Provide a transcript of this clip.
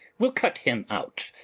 we'll cut him out.